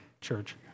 church